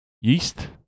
yeast